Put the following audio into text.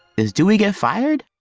is do we get fired?